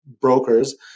brokers